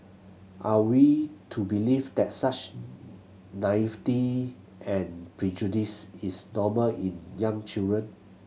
are we to believe that such naivety and prejudice is normal in young children